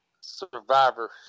survivor